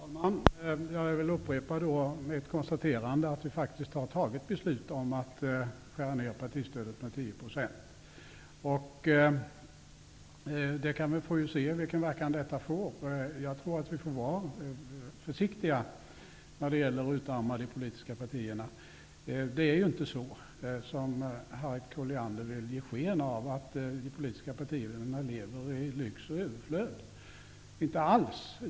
Herr talman! Jag vill upprepa mitt konstaterande att vi faktiskt har fattat beslut om att skära ner partistödet med 10 %. Vi får se vilken verkan detta kommer att få. Jag tror att vi får vara försiktiga med att utarma de politiska partierna. Det är inte så som Harriet Colliander vill ge sken av, att de politiska partierna lever i lyx och överflöd, inte alls.